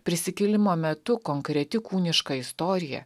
prisikėlimo metu konkreti kūniška istorija